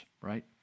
right